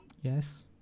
Yes